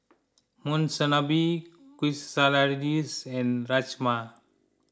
Monsunabe Quesadillas and Rajma